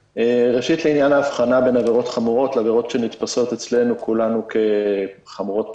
לעניין ההבחנה בין עבירות חמורות לעבירות שנתפסות בעינינו כחמורות פחות,